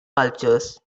cultures